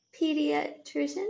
pediatrician